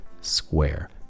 Square